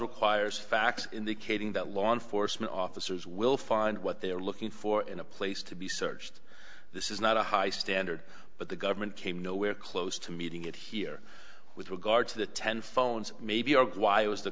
requires facts in the casing that law enforcement officers will find what they're looking for in a place to be searched this is not a high stand but the government came nowhere close to meeting it here with regard to the ten phones maybe